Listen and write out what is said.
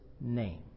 name